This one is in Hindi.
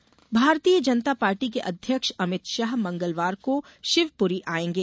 शाह दौरा भारतीय जनता पार्टी के अध्यक्ष अमित शाह मंगलवार को शिवपुरी आयेंगे